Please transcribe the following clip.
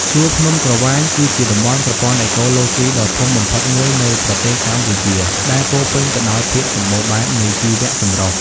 ជួរភ្នំក្រវ៉ាញគឺជាតំបន់ប្រព័ន្ធអេកូឡូស៊ីដ៏ធំបំផុតមួយនៅប្រទេសកម្ពុជា ដែលពោរពេញទៅដោយភាពសម្បូរបែបនៃជីវចម្រុះ។